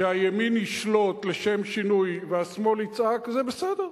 שהימין ישלוט, לשם שינוי, והשמאל יצעק, זה בסדר.